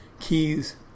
Keys